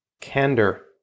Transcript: candor